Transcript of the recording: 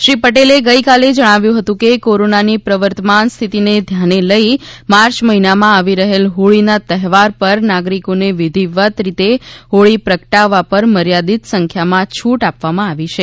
શ્રી પટેલે ગઈકાલે જણાવ્યું હતું કે કોરોનાની પ્રવર્તમાન સ્થિતિને ધ્યાને લઇ માર્ચ મહિનામાં આવી રહેલ હોળીના તહેવાર પર નાગરિકોને વિધિવત રીતે હોળી પ્રગટાવવા પર મર્યાદિત સંખ્યામાં છૂટ આપવામાં આવી છે